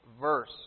verse